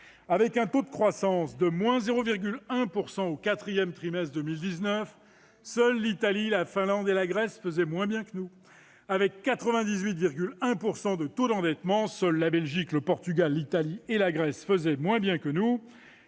Avec un taux de croissance de-0,1 % au quatrième trimestre 2019, seules l'Italie, la Finlande et la Grèce faisaient moins bien que nous. Avec 98,1 % de taux d'endettement, seuls la Belgique, le Portugal, l'Italie et la Grèce faisaient moins bien que nous.